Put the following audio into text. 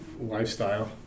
lifestyle